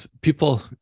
people